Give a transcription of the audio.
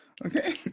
okay